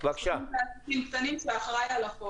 אני סגנית מנהל הסוכנות לעסקים קטנים ובינוניים ויש לנו